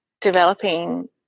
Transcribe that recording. developing